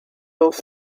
off